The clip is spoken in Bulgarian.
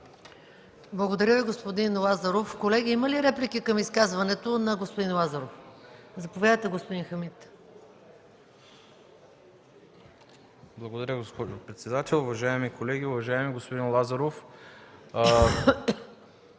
Благодаря Ви, господин Лазаров. Колеги, има ли реплики към изказването на господин Лазаров? Заповядайте, господин Хамид. ДОКЛАДЧИК ХАМИД ХАМИД: Благодаря, госпожо председател. Уважаеми колеги! Уважаеми господин Лазаров,